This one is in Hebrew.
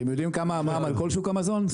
אתם יודעים כמה המע"מ על כל שוק המזון?